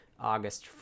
August